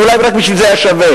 ואולי רק בשביל זה היה שווה,